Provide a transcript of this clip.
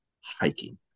hiking